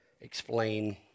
explain